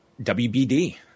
WBD